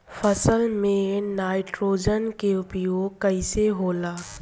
फसल में नाइट्रोजन के उपयोग कइसे होला?